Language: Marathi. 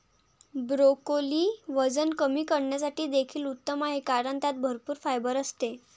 ब्रोकोली वजन कमी करण्यासाठी देखील उत्तम आहे कारण त्यात भरपूर फायबर असते